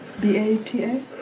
B-A-T-A